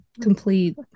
complete